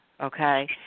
Okay